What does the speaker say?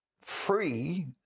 free